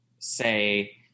say